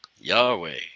Yahweh